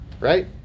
right